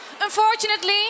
unfortunately